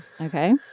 Okay